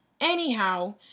Anyhow